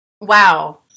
Wow